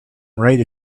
write